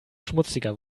schmutziger